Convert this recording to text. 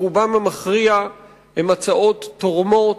רובן המכריע הן הצעות תורמות,